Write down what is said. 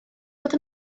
bod